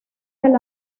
del